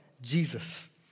Jesus